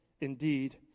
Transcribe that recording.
indeed